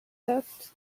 that